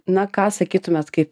na ką sakytumėt kaip